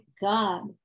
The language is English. God